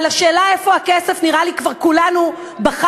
את השאלה "איפה הכסף?" נראה לי שכבר כולנו בחרנו